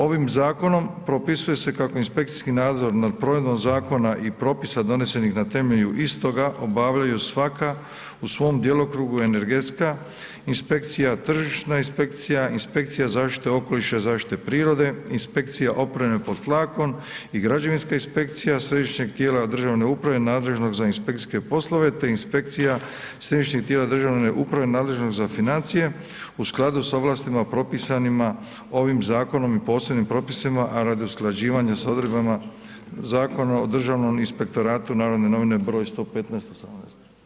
Ovim zakonom propisuje se kako inspekcijski nadzor nad provedbom zakona i propisa donesenih na temelju istoga obavljaju svaka u svom djelokrugu energetska inspekcija, tržišna inspekcija, inspekcija zaštite okoliša i zaštite prirode, inspekcija opreme pod tlakom i građevinska inspekcija središnjeg tijela državne uprave nadležnog za inspekcijske poslove te inspekcija središnjeg tijela državne uprave nadležnog za financije u skladu s ovlastima propisanima ovim zakonom i posebnim propisima a radi usklađivanja sa odredbama Zakona o Državnog inspektoratu, NN br. 115/18.